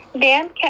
Dan